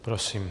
Prosím.